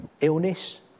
illness